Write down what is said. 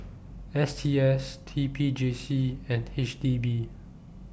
S T S T P J C and H D B